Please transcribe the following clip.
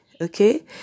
Okay